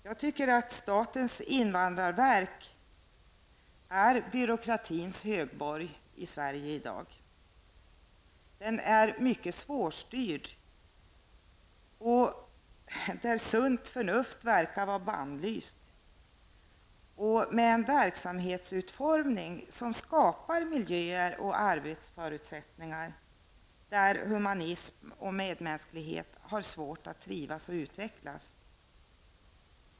Jag tycker att invandrarverket är byråkratins högborg i Sverige. Det är mycket svårstyrt. Sunt förnuft verkar vara bannlyst där, och verket har en verksamhetsutformning som skapar miljöer och arbetsförutsättningar där humanism och medmänsklighet har mycket svårt att trivas och utvecklas.